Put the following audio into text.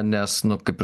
nes nu kaip ir